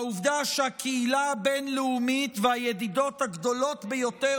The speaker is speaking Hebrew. העובדה שהקהילה הבין-לאומית והידידות הגדולות ביותר